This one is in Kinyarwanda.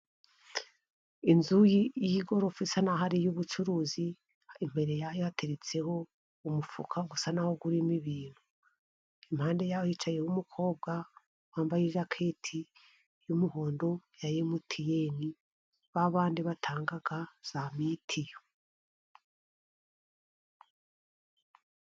Inzu y'igorofa isa naho ari iy'ubucuruzi. Imbere yayo yateretseho umufuka usa naho urimo ibintu. Impande y'aho hicaye umukobwa wambaye ijaketi y'umuhondo ya emutiyene babandi batanga za mitiyu.